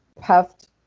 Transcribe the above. puffed